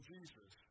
Jesus